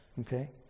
Okay